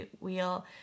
wheel